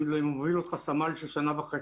לעומת אם מוביל אותך סמל של שנה וחצי,